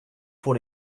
pour